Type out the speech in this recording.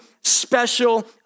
special